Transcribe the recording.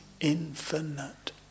infinite